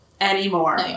anymore